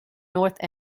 north